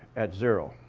at zero.